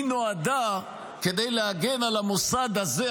היא נועדה כדי להגן על המוסד הזה,